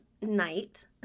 night